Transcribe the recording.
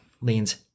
leans